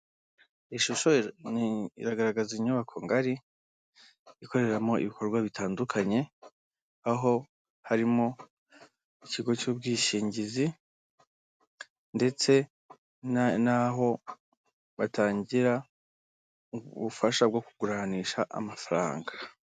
Iyi shusho iragaragaza inyubako ngari, ikoreramo ibikorwa bitandukanye, aho harimo ikigo cy'ubwishingizi, ndetse naho batangira ubufasha bwo kuguranisha amafaranga.